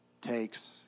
takes